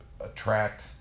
attract